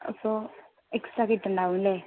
അപ്പോൾ എക്സ്ട്രാ കിട്ടുന്നുണ്ടാവുമല്ലേ